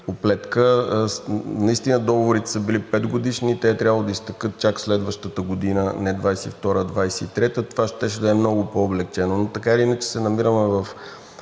Наистина договорите са били петгодишни. Те е трябвало да изтекат чак през следващата година – не 2022-а, а 2023-а. Това щеше да е много по-облекчено, но така или иначе се намираме в